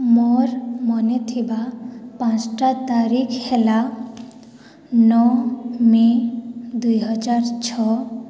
ମୋର ମନେଥିବା ପାଞ୍ଚୋଟି ତାରିଖ ହେଲା ନଅ ମେ' ଦୁଇହଜାର ଛଅ